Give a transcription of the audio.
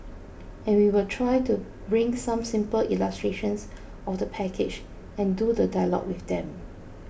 and we will try to bring some simple illustrations of the package and do the dialogue with them